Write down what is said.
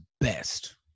best